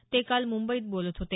ते काल मुंबईत बोलत होते